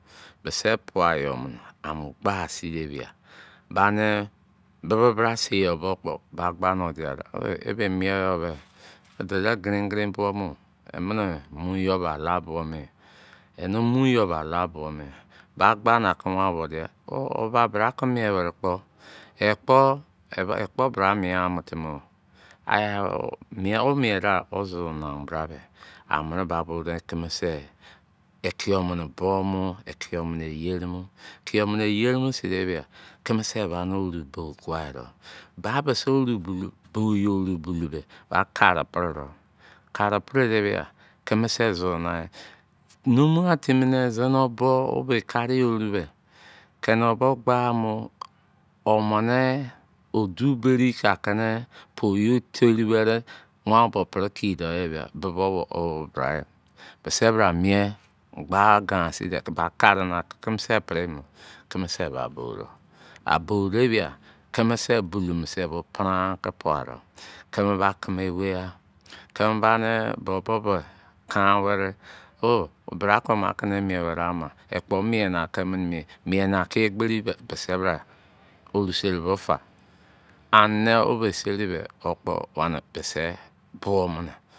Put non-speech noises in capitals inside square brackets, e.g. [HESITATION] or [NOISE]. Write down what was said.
Mise pua yom am gba se de bia gba ne bebe bra sei yo bo kpo ba gba mo dia da ebe mien yo be do lo gerin gerin bo mo mene mu yo be ala bo me ene mu yo be ala bo me ba gba na keme am bo dia or ba bra ke mien were kpo ekpo bra mien mo timi [HESITATION] mien ka nuen ka hoste na bra me am mene ka bo keme se ekio mene bo mu ekio mene iyere mo seri bia keme se ba no oru ba ro. Ba mise oru bo bolou ba kare pre do kare pre di bia keme se susu nau a numughan timi ne zime o bo o bo kare oru be kene o bo gba mo omene o du bare ka ke ne po yo teri were wan bo pere ki de ye ba be be owo bra de mise bra mien gba gan seri ya by kare na keme se pre mene keme se ba bode. A bo de bia keme se bolomu ke pran ke pai de keme ba keme weiya keme ba ne bobo bo kan were oh bra ka mo ke ne mien were a ba ekpo mu mien na keme ne mien na ke egberi be mise bra oru seri kpo fa ane o be seri be okpo gba ne pese bo mene